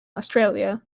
australia